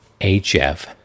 HF